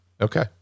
Okay